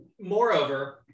moreover